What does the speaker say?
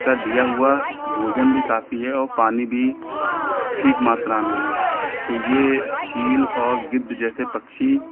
का दिया हुआ भोजन भी काफी है और पानी भी ठीक मात्रा में है तो यह चील और गिद्ध जैसे पक्षी